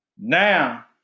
Now